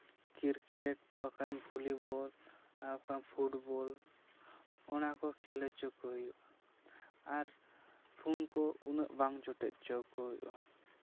cricket ᱵᱟᱠᱷᱟᱱ volleyball ᱟᱨ ᱵᱟᱠᱷᱟᱱ ᱯᱷᱩᱴᱵᱚᱞ ᱚᱱᱟ ᱠᱚ ᱠᱷᱮᱞ ᱦᱚᱚ ᱠᱚ ᱦᱩᱭᱩᱜᱼᱟ ᱟᱨ ᱯᱷᱩᱱ ᱠᱚ ᱩᱱᱟᱹᱜ ᱵᱟᱝ ᱡᱚᱴᱮᱫ ᱦᱚᱪᱚ ᱦᱩᱭᱩᱜᱼᱟ